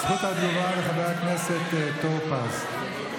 זכות התגובה לחבר הכנסת טור פז.